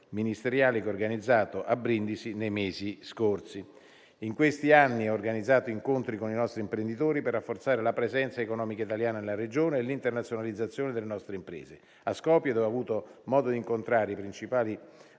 ministeriale che ho organizzato a Brindisi nei mesi scorsi. In questi anni, ho organizzato incontri con i nostri imprenditori per rafforzare la presenza economica italiana nella regione e l'internazionalizzazione delle nostre imprese. A Skopje, dove ho avuto modo di incontrare i principali